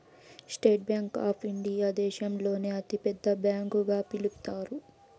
state Bank of India దేశంలోనే అతి పెద్ద బ్యాంకు గా పిలుత్తారు